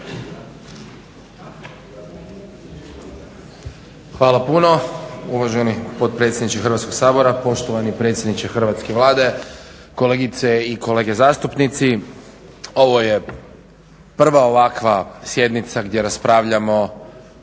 Hvala puno uvaženi potpredsjedniče Hrvatskog sabora, poštovani predsjedniče Hrvatske Vlade, kolegice i kolege zastupnici. Ovo je prva ovakva sjednica gdje raspravljamo